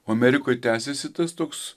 o amerikoj tęsiasi tas toks